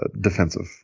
defensive